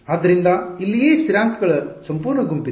ಆದ್ದರಿಂದ ಇಲ್ಲಿಯೇ ಸ್ಥಿರಾಂಕಗಳ ಸಂಪೂರ್ಣ ಗುಂಪಿದೆ